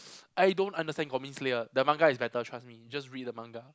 I don't understand goblin slayer the manga is better trust me just read the manga